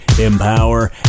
empower